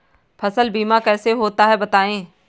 फसल बीमा कैसे होता है बताएँ?